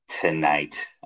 tonight